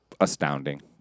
astounding